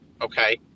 okay